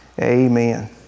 Amen